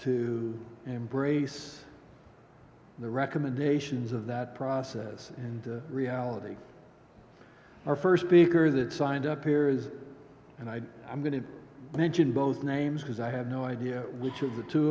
to embrace the recommendations of that process and reality are first big or that signed up here is and i i'm going to mention both names because i have no idea which of the two